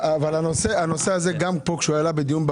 הנושא הזה לא עלה פה רק בקורונה,